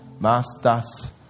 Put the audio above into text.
masters